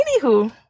anywho